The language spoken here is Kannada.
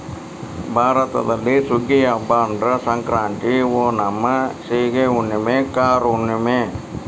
ಭಾರತದಲ್ಲಿ ಸುಗ್ಗಿಯ ಹಬ್ಬಾ ಅಂದ್ರ ಸಂಕ್ರಾಂತಿ, ಓಣಂ, ಸೇಗಿ ಹುಣ್ಣುಮೆ, ಕಾರ ಹುಣ್ಣುಮೆ